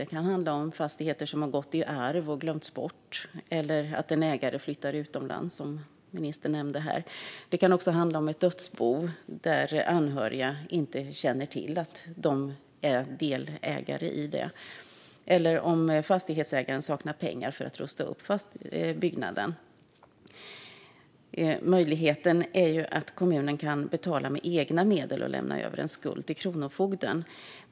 Det kan handla om fastigheter som har gått i arv och glömts bort eller att en ägare flyttar utomlands, som ministern nämnde. Det kan också handla om ett dödsbo där anhöriga inte känner till att de är delägare eller att fastighetsägaren saknar pengar för att rusta upp byggnaden. Kommunen skulle kunna betala med egna pengar och sedan lämna över en skuld till kronofogden.